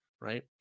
right